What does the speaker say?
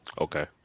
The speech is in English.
Okay